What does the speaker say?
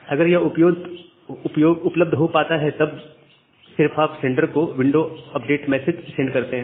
अगर यह उपलब्ध हो पाता है तो सिर्फ तभी आप सेंडर को विंडो अपडेट मैसेज सेंड करते हैं